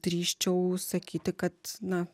drįsčiau sakyti kad na